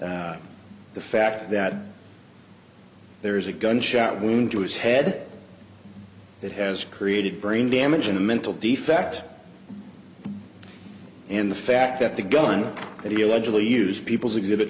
have the fact that there is a gunshot wound to his head that has created brain damage in a mental defect and the fact that the gun that he allegedly used people's exhibit